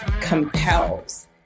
compels